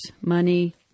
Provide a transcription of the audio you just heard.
money